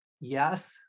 Yes